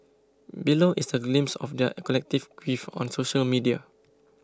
below is a glimpse of their collective grief on social media